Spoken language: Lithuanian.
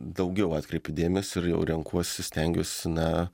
daugiau atkreipiu dėmesį ir jau renkuosi stengiuosi na